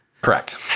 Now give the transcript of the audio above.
Correct